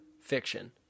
fiction